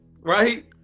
right